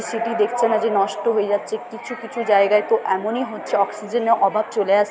city দেখছে না যে নষ্ট হয়ে যাচ্ছে কিছু কিছু জায়গায় তো এমনই হচ্ছে অক্সিজেনের অভাব চলে আসছে